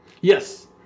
yes